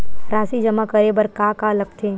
राशि जमा करे बर का का लगथे?